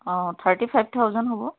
অ thirty five thousand হ'ব